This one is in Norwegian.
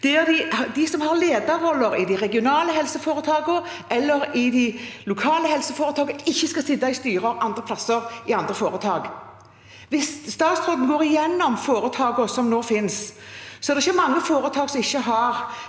de som har ledende roller i de regionale eller i de lokale helseforetakene, ikke skal sitte i styrer i andre foretak. Hvis statsråden går gjennom foretakene som nå finnes, er det ikke mange foretak som ikke har